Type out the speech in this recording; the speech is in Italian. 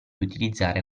utilizzare